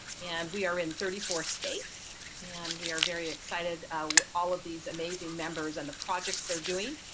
and we are in thirty four states, and we are very excited all of these amazing members and the projects they're doing.